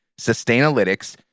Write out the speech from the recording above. Sustainalytics